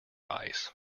ice